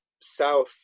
south